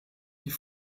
die